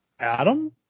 Adam